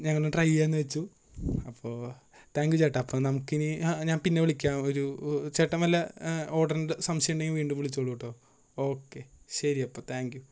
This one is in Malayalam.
ഞങ്ങളും ട്രൈ ചെയ്യാമെന്നു വെച്ചു അപ്പോൾ താങ്ക്യൂ ചേട്ടാ അപ്പോൾ നമുക്ക് ഇനി ഞാൻ പിന്നെ വിളിക്കാം ഒരു ചേട്ടൻ വല്ല ഓർഡറിന്റെ സംശയമുണ്ടെങ്കിൽ വീണ്ടും വിളിച്ചോളു കേട്ടോ ഓക്കെ ശരി അപ്പോൾ താങ്ക്യൂ